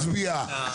אוקיי, נצביע.